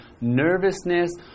nervousness